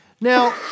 Now